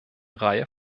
reihe